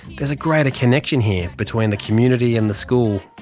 there's a greater connection here between the community and the school.